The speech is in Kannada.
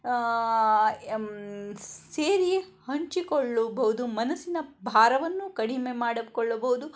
ಸೇರಿ ಹಂಚಿಕೊಳ್ಳಬಹ್ದು ಮನಸ್ಸಿನ ಭಾರವನ್ನು ಕಡಿಮೆ ಮಾಡಿಕೊಳ್ಳಬೌದು